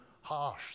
harsh